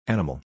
Animal